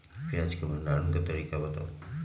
प्याज के भंडारण के तरीका बताऊ?